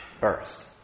first